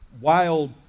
wild